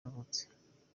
yavutse